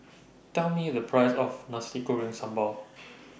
Tell Me The Price of Nasi Goreng Sambal